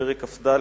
פרק כ"ד.